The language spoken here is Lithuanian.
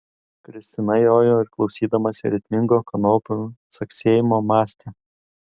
kristina jojo ir klausydamasi ritmingo kanopų caksėjimo mąstė